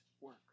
work